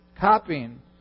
copying